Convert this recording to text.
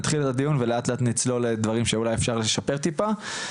נתחיל את הדיון ולאט לאט נצלול לדברים שאולי אפשר לשפר טיפה,